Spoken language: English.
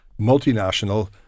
multinational